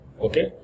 Okay